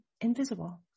invisible